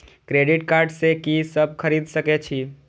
Credit card से की सब खरीद सकें छी?